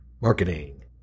marketing